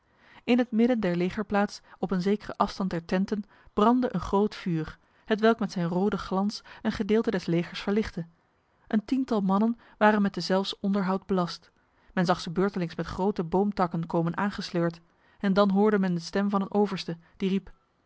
in het midden der legerplaats op een zekere afstand der tenten brandde een groot vuur hetwelk met zijn rode glans een gedeelte des legers verlichtte een tiental mannen waren met deszelfs onderhoud belast men zag ze beurtelings met grote boomtakken komen aangesleurd en dan hoorde men de stem van een overste die riep